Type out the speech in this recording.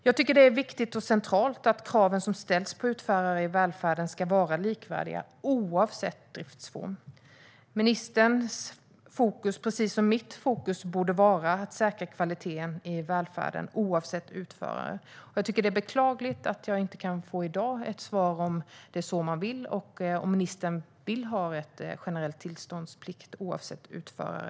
Jag tycker att det är viktigt och centralt att de krav som ställs på utförare i välfärden ska vara likvärdiga oavsett driftsform. Ministerns fokus - precis som mitt fokus är - borde vara att säkra kvaliteten i välfärden oavsett utförare. Jag tycker att det är beklagligt att jag i dag inte kan få ett svar på om ministern vill ha generell tillståndsplikt oavsett utförare.